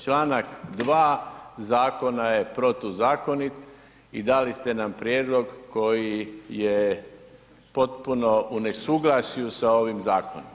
Članak 2. zakona je protuzakonit i dali ste nam prijedlog koji je potpuno u nesuglasju s ovim zakonom.